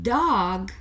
dog